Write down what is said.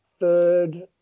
Third